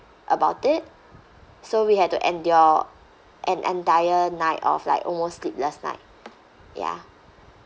about it so we had to endure an entire night of like almost sleepless night ya